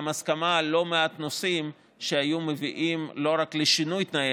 גם הסכמה על לא מעט נושאים שהיו מביאים לא רק לשינוי תנאי